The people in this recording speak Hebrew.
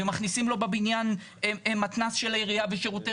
ומכניסים לו בבניין מתנ"ס של העירייה ושירותי